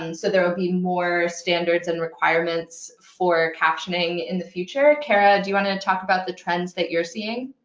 and so there will be more standards and requirements for captioning in the future. kara, do you want to talk about the trends that you're seeing?